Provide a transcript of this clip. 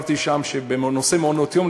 סיפרתי שם שבנושא מעונות-יום,